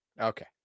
Okay